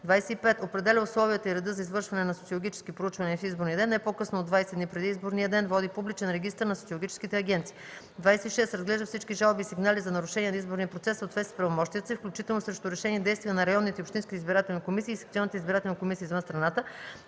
25. определя условията и реда за извършване на социологически проучвания в изборния ден не по-късно от 20 дни преди изборния ден; води публичен регистър на социологическите агенции; 26. разглежда всички жалби и сигнали за нарушения на изборния процес в съответствие с правомощията си, включително срещу решения и действия на районните и общинските избирателни комисии и секционните избирателни комисии извън страната,